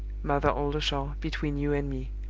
mother oldershaw, between you and me.